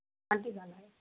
aunty ॻाल्हायो